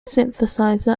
synthesizer